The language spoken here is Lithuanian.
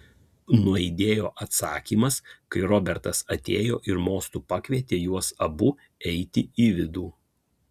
nuaidėjo atsakymas kai robertas atėjo ir mostu pakvietė juos abu eiti į vidų